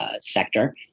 sector